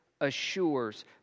assures